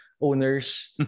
owners